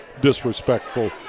disrespectful